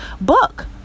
book